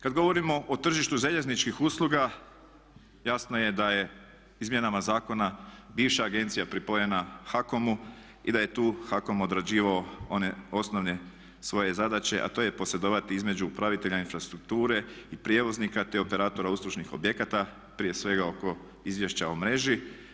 Kad govorimo o tržištu željezničkih usluga jasno je da je izmjenama zakona bivša agencija pripojena HAKOM-u i da je tu HAKOM odrađivao one osnovne svoje zadaće, a to je posredovati između upravitelja infrastrukture i prijevoznika, te operatora uslužnih objekata, prije svega oko izvješća o mreži.